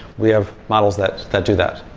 we have models that that do that